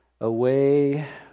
Away